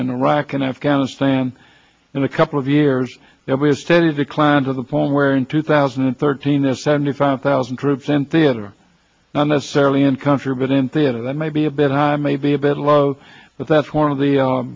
in iraq and afghanistan in a couple of years will be a steady decline to the point where in two thousand and thirteen a seventy five thousand troops in theater not necessarily in country but in theater that may be a bit high maybe a bit low but that's one of the